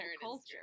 culture